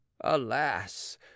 Alas